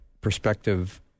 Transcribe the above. perspective